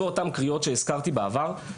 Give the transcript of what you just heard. ואותן קריאות שהזכרתי בעבר,